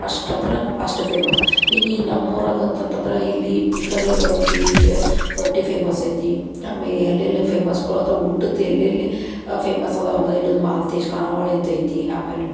ಅಷ್ಟು ಅಂದ್ರೆ ಅಷ್ಟು ಫೇಮಸ್ ಇನ್ನು ಇಲ್ಲಿ ನಮ್ಮ ಊರಾಗ ಅಂತಂತಂದ್ರೆ ಇಲ್ಲಿ ಈ ಕಡೆ ರೊಟ್ಟಿ ಫೇ ರೊಟ್ಟಿ ಫೇಮಸ್ ಐತಿ ಆಮೇಲೆ ಎಲ್ಲೆಲ್ಲಿ ಫೇಮಸ್ಗಳು ಅಂದ್ರೆ ಊಟದ್ದು ಎಲ್ಲೆಲ್ಲಿ ಫೇಮಸ್ ಅದಾವೆ ಅಂದ್ರೆ ಇಲ್ಲಿ ಒಂದು ಮಾಲ್ತೇಶ್ ಖಾನಾವಳಿ ಅಂತೈತಿ ಆಮೇಲೆ